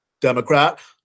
Democrat